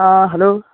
आं हॅलो